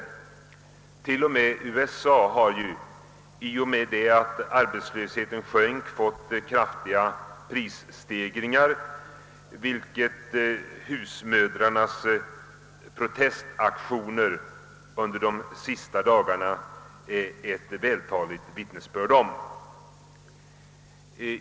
USA t.ex. har ju i och med att arbets lösheten sjunkit fått kraftiga prisstegringar, vilket husmödrarnas protestaktioner under de senaste dagarna är ett vältaligt vittnesbörd om.